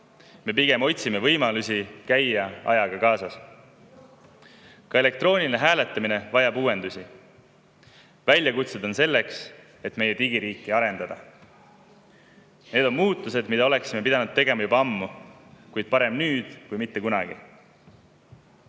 Me pigem otsime võimalusi käia ajaga kaasas. Ka elektrooniline hääletamine vajab uuendusi. Väljakutsed on selleks, et meie digiriiki arendada. Need on muudatused, mida oleksime pidanud tegema juba ammu, kuid parem nüüd kui mitte kunagi.